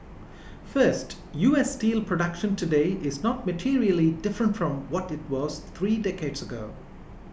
first U S steel production today is not materially different from what it was three decades ago